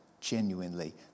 genuinely